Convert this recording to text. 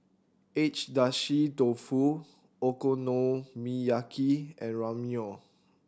Agedashi Dofu Okonomiyaki and Ramyeon